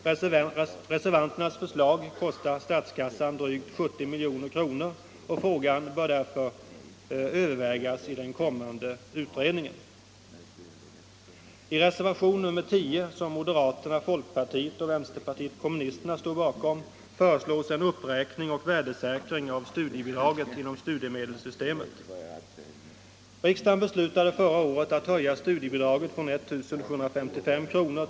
Reservanternas förslag kostar statskassan drygt 70 milj.kr., och frågan bör därför övervägas inom den kommande utredningen. I reservationen 10, som moderaterna, folkpartiet och vänsterpartiet kommunisterna står bakom, föreslås en uppräkning och värdesäkring av studiebidraget inom studiemedelssystemet. Riksdagen beslutade förra året att höja studiebidraget från 1 755 kr.